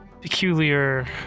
peculiar